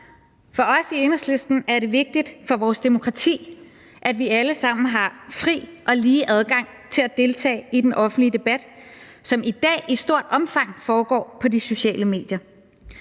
For Enhedslisten er det vigtigt for vores demokrati, at vi alle sammen har fri og lige adgang til at deltage i den offentlige debat, som i dag i stort omfang foregår på de sociale medier.